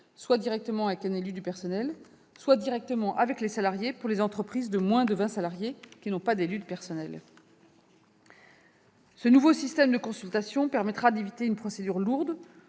soit avec un élu du personnel, soit avec les salariés dans les entreprises de moins de 20 salariés qui n'ont pas d'élu du personnel. Ce nouveau système de consultation permettra d'éviter une procédure lourde,